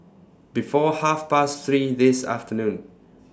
before Half Past three This afternoon